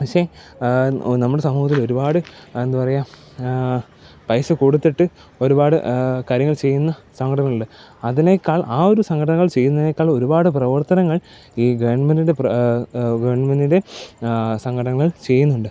പക്ഷെ നമ്മുടെ സമൂഹത്തിൽ ഒരുപാട് എന്താ പറയുക പൈസ കൊടുത്തിട്ട് കാര്യങ്ങൾ ചെയ്യുന്ന ഒരുപാട് സഘടനകളുണ്ട് അതിനേക്കാൾ ആ ഒരു സംഘടനകൾ ചെയ്യുന്നതിനേക്കാൾ ഒരുപാട് പ്രവർത്തനങ്ങൾ ഈ ഗവൺമെൻറ്റിൻ്റെ ഗവൺമെൻറ്റിൻ്റെ സംഘടനകള് ചെയ്യുന്നുണ്ട്